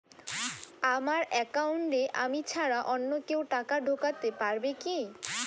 আমার একাউন্টে আমি ছাড়া অন্য কেউ টাকা ঢোকাতে পারবে কি?